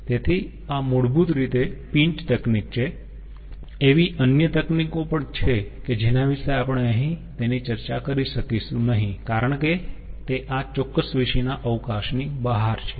તેથી આ મૂળભૂત રીતે પિન્ચ તકનીક છે એવી અન્ય તકનીકો પણ છે કે જેના વિશે આપણે અહીં તેની ચર્ચા કરી શકીશું નહીં કારણ કે તે આ ચોક્કસ વિષયના અવકાશની બહાર છે